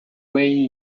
way